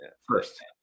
first